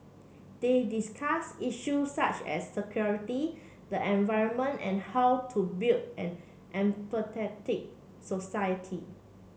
they discussed issue such as security the environment and how to build an empathetic society